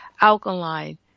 alkaline